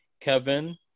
Kevin